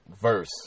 verse